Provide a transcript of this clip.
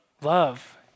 love